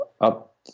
up